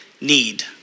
need